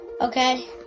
Okay